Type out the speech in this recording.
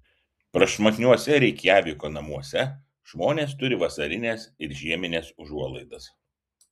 prašmatniuose reikjaviko namuose žmonės turi vasarines ir žiemines užuolaidas